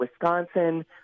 Wisconsin